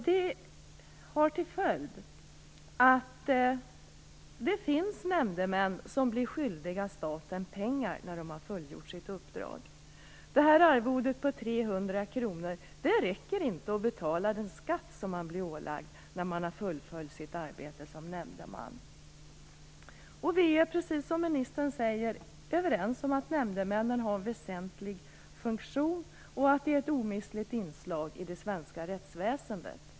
Detta får till följd att nämndemän kan bli skyldiga staten pengar efter att ha fullgjort sina uppdrag. Arvodet på 300 kr räcker inte för att betala den skatt som man blir ålagd att betala när man fullföljt sitt arbete som nämndemän. Vi är överens om att nämndemännen, precis som ministern säger, har en väsentlig funktion och att de är ett omistligt inslag i svenskt rättsväsende.